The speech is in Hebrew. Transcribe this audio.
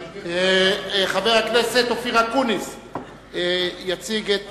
חבר הכנסת אופיר אקוניס יציג את